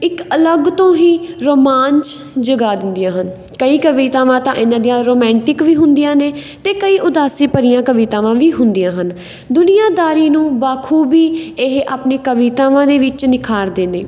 ਇੱਕ ਅਲੱਗ ਤੋਂ ਹੀ ਰੋਮਾਂਚ ਜਗਾ ਦਿੰਦੀਆਂ ਹਨ ਕਈ ਕਵਿਤਾਵਾਂ ਤਾਂ ਇਹਨਾਂ ਦੀਆਂ ਰੋਮੈਂਟਿਕ ਵੀ ਹੁੰਦੀਆਂ ਨੇ ਅਤੇ ਕਈ ਉਦਾਸੀ ਭਰੀਆਂ ਕਵਿਤਾਵਾਂ ਵੀ ਹੁੰਦੀਆਂ ਹਨ ਦੁਨੀਆਦਾਰੀ ਨੂੰ ਬਾਖੂਬੀ ਇਹ ਆਪਣੀ ਕਵਿਤਾਵਾਂ ਦੇ ਵਿੱਚ ਨਿਖਾਰਦੇ ਨੇ